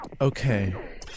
Okay